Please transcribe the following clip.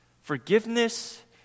Forgiveness